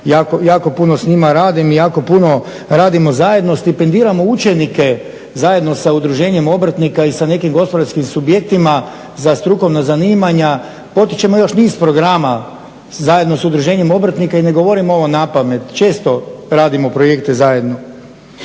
jako puno s njima radim i jako puno radimo zajedno. Stipendiramo učenike, zajedno sa udruženjem obrtnika i sa nekim gospodarskim subjektima za strukovna zanimanja. Potičemo još niz programa zajedno sa udruženjem obrtnika. I ne govorim ovo napamet, često radimo projekte zajedno.